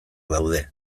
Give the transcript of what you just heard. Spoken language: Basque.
daude